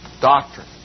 doctrine